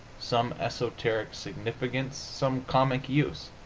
some esoteric significance, some cosmic use.